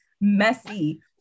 messy